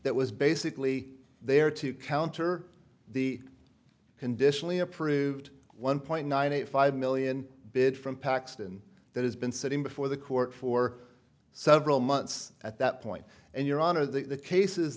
that was basically there to counter the conditionally approved one point nine eight five million bid from paxton that has been sitting before the court for several months at that point and your honor the cases